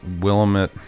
Willamette